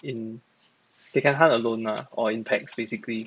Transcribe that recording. they can hunt alone ah or in packs basically